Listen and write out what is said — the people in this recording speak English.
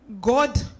God